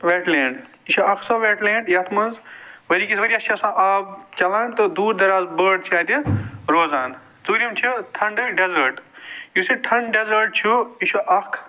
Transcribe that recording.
wet land یہِ چھُ اَکھ سۄ ویٚٹ لینٛڈ یَتھ منٛز ؤری کِس ؤری یَس چھِ آسان آب چلان تہٕ دوٗر دراز بٲرڈ چھِ اَتہِ روزان ژوٗرِم چھُ تھنٛڈر ڈیٚزٲرٹ یُس یہِ تھنٛڈر ڈیٚزٲرٹ چھُ یہِ چھِ اَکھ